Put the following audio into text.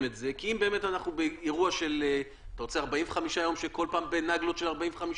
את זה אתה רוצה שכל פעם בנגלות של 45 יום,